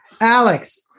Alex